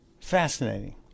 Fascinating